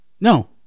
No